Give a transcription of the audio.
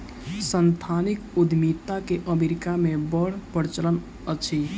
सांस्थानिक उद्यमिता के अमेरिका मे बड़ प्रचलन अछि